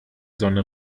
sonne